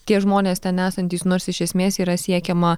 tie žmonės ten esantys nors iš esmės yra siekiama